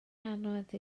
anodd